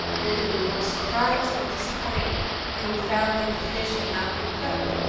but we were both surprised and disappointed when we found that the fish had not been cooked.